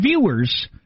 viewers